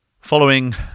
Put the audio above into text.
Following